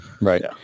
right